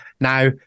Now